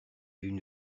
une